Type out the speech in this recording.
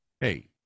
hey